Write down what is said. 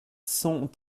cent